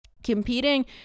Competing